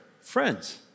Friends